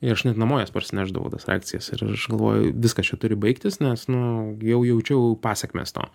ir aš net namo jas parsinešdavau tas reakcijas ir aš galvoju viskas čia jau turi baigtis nes nu jau jaučiau pasekmes to